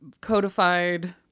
codified